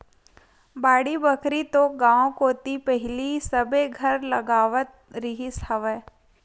बाड़ी बखरी तो गाँव कोती पहिली सबे घर लगावत रिहिस हवय